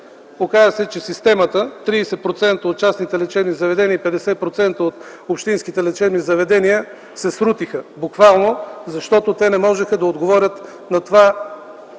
Оказа се, че системата 30% от частните лечебни заведения и 50% от общинските лечебни заведения буквално се срути и, защото не можеха да отговорят на това законно и